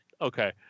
okay